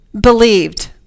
Believed